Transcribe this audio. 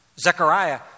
Zechariah